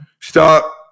Stop